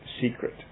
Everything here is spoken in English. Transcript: secret